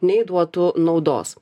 nei duotų naudos